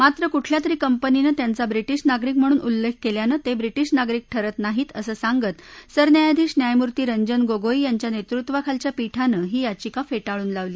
मात्र कुठल्यातरी कंपनीनं त्यांचा ब्रिटिश नागरिक म्हणून उल्लेख केल्यानं ते ब्रिटिश नागरिक ठरत नाहीत असं सांगत सरन्यायाधीश न्यायमूर्ती रंजन गोगोई यांच्या नेतृत्वाखालच्या पीठानं ही याचिका फेटाळून लावली